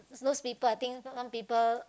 those people I think some people